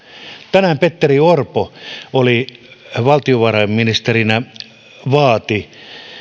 tänään petteri orpo valtiovarainministerinä vaati